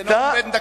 זה נאום בן דקה.